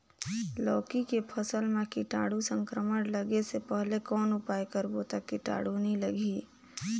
लौकी के फसल मां कीटाणु संक्रमण लगे से पहले कौन उपाय करबो ता कीटाणु नी लगही?